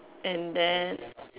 and then